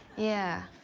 yeah.